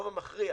הרוב המכריע,